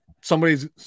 somebody's